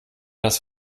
das